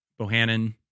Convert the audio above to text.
Bohannon